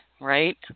right